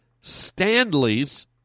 Stanley's